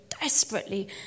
desperately